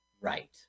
right